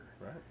Right